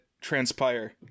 transpire